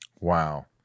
wow